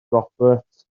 roberts